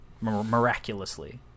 Miraculously